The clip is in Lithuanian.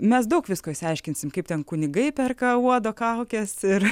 mes daug visko išsiaiškinsim kaip ten kunigai perka uodo kaukes ir